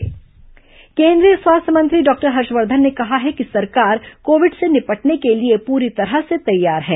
हर्षवर्धन स्वास्थ्य मंत्री बैठक केंद्रीय स्वास्थ्य मंत्री डॉक्टर हर्षवर्धन ने कहा है कि सरकार कोविड से निपटने के लिए पूरी तरह से तैयार है